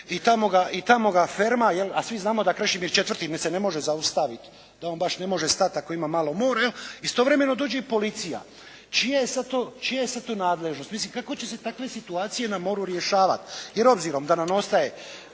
i tamo ga ferma, a svi znamo da Krešimir IV. se ne može zaustaviti, da on baš ne može stati ako ima malo more, istovremeno dođe i policija. Čija je sad tu nadležnost? Mislim kako će se takve situacije na moru rješavati, jer obzirom da nam ostaje.